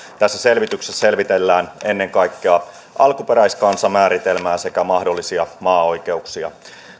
tässä selvityksessä selvitellään ennen kaikkea alkuperäiskansamääritelmää sekä mahdollisia maaoikeuksia